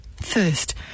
First